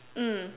mm